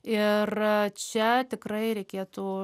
ir čia tikrai reikėtų